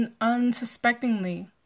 unsuspectingly